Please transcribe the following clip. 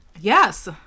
Yes